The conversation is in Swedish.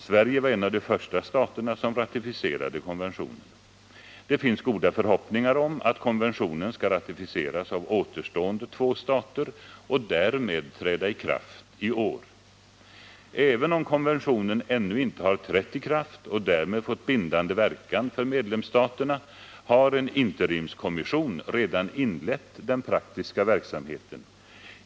Sverige var en av de första stater som ratificerade konventionen. Det finns goda förhoppningar om att konventionen skall ratificeras av återstående två stater och därmed träda i kraft i år. Även om konventionen ännu inte har trätt i kraft och därmed fått bindande verkan för medlemsstaterna har en interimskommission redan inlett den praktiska verksamheten.